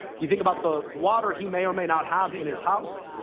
you think about the water he may or may not have in his house.